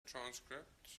transcripts